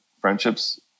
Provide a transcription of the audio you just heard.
friendships